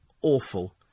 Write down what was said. awful